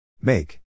Make